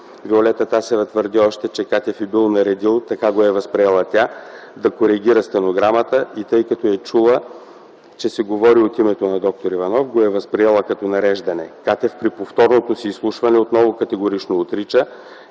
Виолета Тасева твърди още, че Катев й бил наредил (така го е възприела тя) да коригира стенограмата и тъй като е чула, че се говори от името на д-р Иванов, го възприела като нареждане. Катев при повторното си изслушване отново категорично отрича,